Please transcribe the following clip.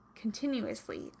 continuously